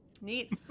Neat